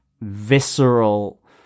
visceral